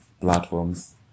platforms